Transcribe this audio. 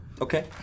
Okay